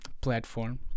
platform